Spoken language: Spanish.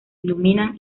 iluminan